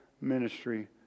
ministry